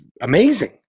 amazing